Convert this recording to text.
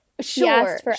Sure